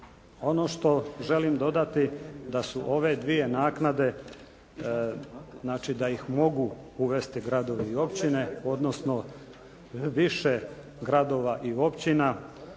Ono što želim dodati da su ove dvije naknade, znači da ih mogu uvesti gradovi i općine odnosno više gradova i općina